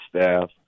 staff